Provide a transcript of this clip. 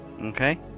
okay